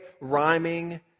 rhyming